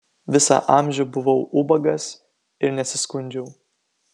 visą amžių buvau ubagas ir nesiskundžiau